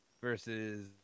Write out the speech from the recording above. versus